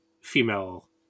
female